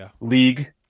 league